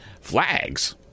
Flags